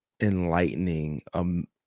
enlightening